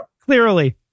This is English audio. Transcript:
clearly